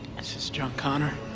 this is john connor